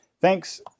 Thanks